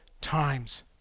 times